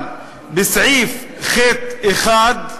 אבל בסעיף 157א(ח1)